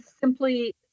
simply